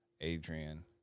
Adrian